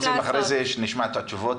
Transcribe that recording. אחר כך נשמע תשובות.